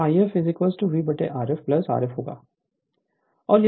तो If V Rf Rf होगा